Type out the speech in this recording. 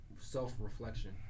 self-reflection